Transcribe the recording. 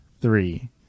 three